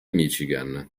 michigan